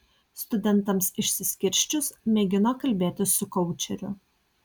studentams išsiskirsčius mėgino kalbėtis su koučeriu